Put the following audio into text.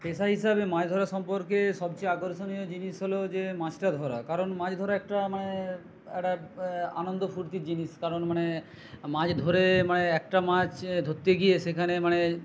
পেশা হিসাবে মাছ ধরা সম্পর্কে সবচেয়ে আকর্ষণীয় জিনিস হল যে মাছটা ধরা কারণ মাছ ধরা একটা মানে একটা আনন্দ ফুর্তির জিনিস কারণ মানে মাছ ধরে মানে একটা মাছ ধরতে গিয়ে সেখানে মানে